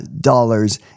dollars